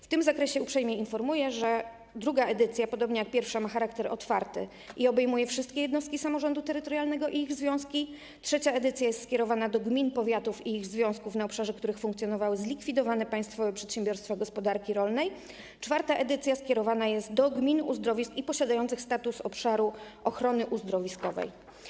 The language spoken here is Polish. W tym zakresie uprzejmie informuję, że druga edycja, podobnie jak pierwsza, ma charakter otwarty i obejmuje wszystkie jednostki samorządu terytorialnego i ich związki, trzecia edycja jest skierowana do gmin, powiatów i ich związków, na obszarach których funkcjonowały zlikwidowane państwowe przedsiębiorstwa gospodarki rolnej, czwarta edycja skierowana jest do gmin uzdrowiskowych i posiadających status obszaru ochrony uzdrowiskowej.